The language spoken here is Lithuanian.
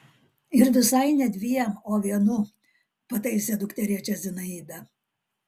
ir visai ne dviem o vienu pataisė dukterėčią zinaida